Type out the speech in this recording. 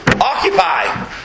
occupy